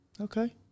Okay